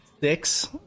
six